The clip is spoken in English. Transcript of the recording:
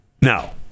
now